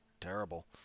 terrible